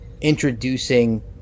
introducing